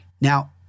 Now